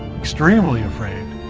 extremely afraid.